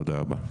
תודה רבה.